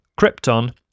krypton